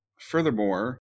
furthermore